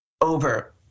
over